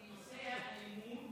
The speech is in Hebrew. אמרתי שנושא האלימות,